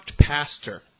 pastor